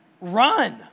run